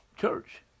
church